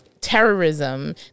terrorism